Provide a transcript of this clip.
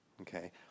Okay